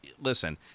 listen